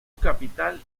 capital